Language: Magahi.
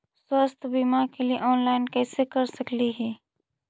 स्वास्थ्य बीमा के लिए ऑनलाइन कैसे कर सकली ही?